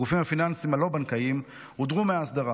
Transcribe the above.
הגופים הפיננסיים הלא-בנקאיים הודרו מההסדרה